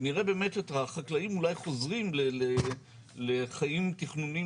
נראה באמת את החקלאים אולי חוזרים לחיים תכנוניים